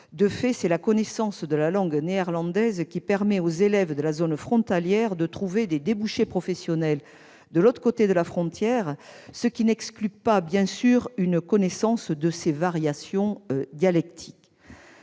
De fait, c'est la connaissance de la langue néerlandaise qui permet aux élèves de la zone frontalière de trouver des débouchés professionnels de l'autre côté de la frontière, ce qui n'exclut pas, bien sûr, une connaissance de ses variations dialectales.